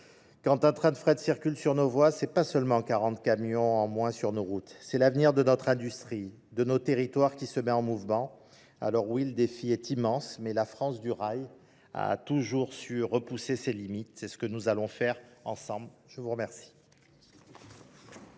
Quand un train de frais de circule sur nos voies, ce n'est pas seulement 40 camions en moins sur nos routes. C'est l'avenir de notre industrie, de nos territoires qui se mettent en mouvement. Alors oui, le défi est immense, mais la France du rail a toujours su repousser ses limites. C'est ce que nous allons faire ensemble. Je vous remercie.